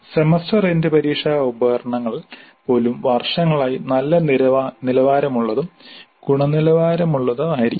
semester end പരീക്ഷാ ഉപകരണങ്ങൾ പോലും വർഷങ്ങളായി നല്ല നിലവാരമുള്ളതും ഗുണനിലവാരമുള്ളതായിരിക്കും